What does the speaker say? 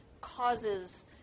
causes